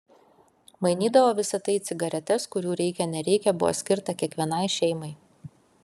mainydavo visa tai į cigaretes kurių reikia nereikia buvo skirta kiekvienai šeimai